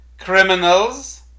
criminals